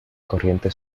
corriente